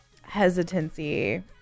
hesitancy